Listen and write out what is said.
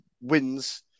wins